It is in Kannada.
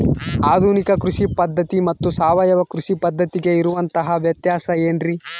ಆಧುನಿಕ ಕೃಷಿ ಪದ್ಧತಿ ಮತ್ತು ಸಾವಯವ ಕೃಷಿ ಪದ್ಧತಿಗೆ ಇರುವಂತಂಹ ವ್ಯತ್ಯಾಸ ಏನ್ರಿ?